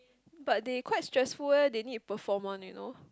but they quite stressful leh they need perform one you know